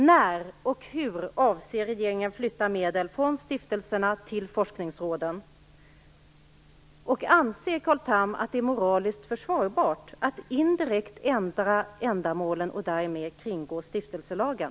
När och hur avser regeringen att flytta medel från stiftelserna till forskningsråden? Anser Carl Tham att det är moraliskt försvarbart att indirekt ändra ändamålen och därmed kringgå stiftelselagen?